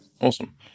Awesome